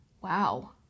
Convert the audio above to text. wow